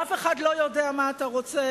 ואף אחד לא יודע מה אתה רוצה,